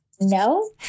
No